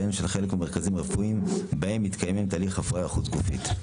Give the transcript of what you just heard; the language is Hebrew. והן של חלק ממרכזים רפואיים בהם מתקיים תהליך ההפריה החוץ גופית.